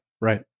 right